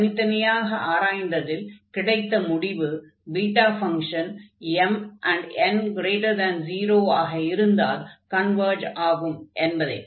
தனித்தனியாக ஆராய்ந்ததில் கிடைத்த முடிவு பீட்டா ஃபங்ஷன் m n0 ஆக இருந்தால் கன்வர்ஜ் ஆகும் என்பதே